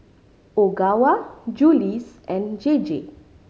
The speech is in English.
Ogawa Julie's and J J